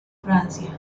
francia